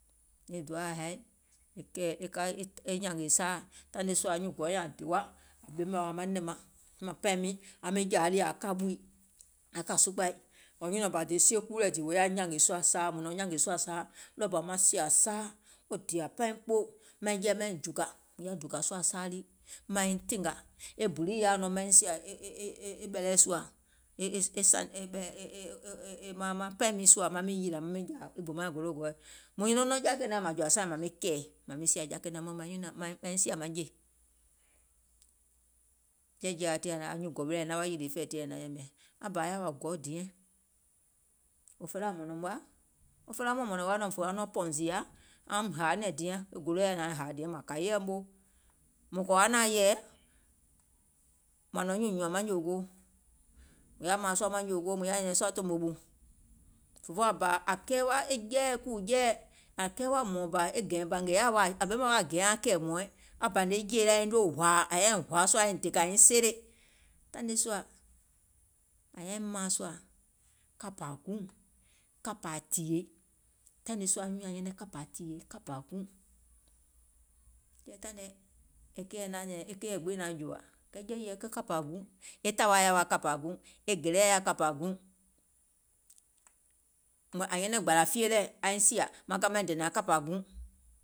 E doaȧ haì, e ka e nyȧngè saaȧ, taiŋ nii sùȧ anyuùŋ gɔu nƴȧŋ dè wa aŋ ɓèmè wa manɛ̀ŋ maŋ, maŋ pɛìŋ maŋ, aŋ miŋ jȧȧ ɗì aŋ kȧ ɓùi, aŋ kȧ sukpȧi, nyùnɔ̀ɔŋ bȧ dè siekuu lɛ̀ dìì wò yaȧ nyȧngè sùȧ saaȧ, ɗɔɔbȧ maŋ siȧ saa wo dìȧ pɛìŋ kpoò, maŋ jɛi maiŋ dùkȧ, mùŋ yaȧ dùkȧ sùȧ saa lii maiŋ tìngà, e bù lii yaȧ nɔŋ maiŋ sìȧ ee ɓɛ̀ lɛɛ̀ sùȧ e maŋ paìŋ miiŋ sùȧ maŋ miŋ yìlȧ maŋ miŋ jȧȧ, gbùmaȧŋ golò kɔ̀ɔ̀i, mùŋ nyuno nɔŋ ja kènȧŋ mȧŋ jɔ̀ȧ saaìŋ mȧŋ miŋ kɛ̀ɛ̀ mȧŋ sìȧ ja kènȧŋ mɔ̀ɛ̀ sùȧ mȧŋ jè, tiŋ anyuùŋ gɔu wi nyȧŋ nyɛ̀nɛ̀ŋ wa, è naŋ kɛ̀kɛ̀ fɛ̀ɛ̀ tiŋ è naŋ yɛmɛ̀, aŋ bȧ yaȧ wa gɔu diɛŋ, wo felaa mɔɔ̀ŋ mɔ̀nɔ̀ùm wa, wo felaa mɔɔ̀ŋ mɔ̀nɔ̀ùm wa fè wa nɔŋ pɔ̀ùŋ zììyȧ, aum hȧȧ nɛ̀ŋ diɛŋ, e gòlo màŋ kɛ̀ yɛɛ̀ moo, mùŋ kɔ̀ȧ wa naȧŋ yɛ̀ɛ̀, mȧŋ nɔ̀ŋ nyuùŋ nyùȧŋ maŋ nyòògoò, mùŋ yaȧ mȧȧŋ sùȧ maŋ nyòògoò mùŋ yaȧ nyɛ̀nɛ̀ŋ sùȧ tòmò ɓù, fòfoo aŋ bȧ kɛɛ wa kùù jɛɛɛ̀, e gɛ̀ɛ̀ŋ bȧ yaȧ wa aiŋ noo hòȧ aiŋ dèkȧ aiŋ seelè, taiŋ nii sùȧ ȧŋ yȧiŋ mȧaŋ sùȧ kȧpȧ guùŋ, kȧpȧ tìyèe, taìŋ nii sùȧ nyùùŋ nyaŋ nyɛnɛŋ kapȧȧ guùŋ kȧpȧȧ tìyèe, kɛɛ taìŋ nɛɛ̀ e keìɛ gbiŋ naȧŋ jùȧ, kɛɛ jɛɛ̀jɛɛ̀ ke kȧpȧ guùŋ, tȧwa yaȧ wa kȧpȧ guùŋ, gèleɛ̀ yaȧ kȧpȧ guùŋ, ȧŋ nyɛnɛŋ gbȧlȧ fie lɛɛ̀ aiŋ sìȧ maŋ ka maiŋ dènȧŋ kȧpȧ guùŋ,